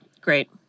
Great